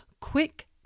quick